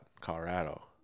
Colorado